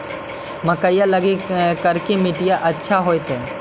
मकईया लगी करिकी मिट्टियां अच्छा होतई